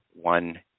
one